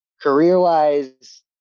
career-wise